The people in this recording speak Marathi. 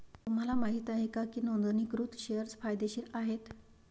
तुम्हाला माहित आहे का की नोंदणीकृत शेअर्स फायदेशीर आहेत?